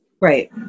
Right